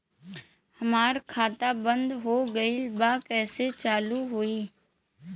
हमार खाता बंद हो गईल बा कैसे चालू होई?